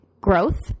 growth